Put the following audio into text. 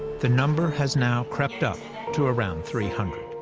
the number has now crept up to around three hundred.